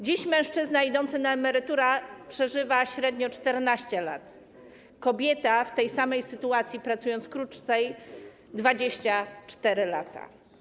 Dziś mężczyzna idący na emeryturę przeżywa średnio 14 lat, kobieta w tej samej sytuacji, pracując krócej - 24 lata.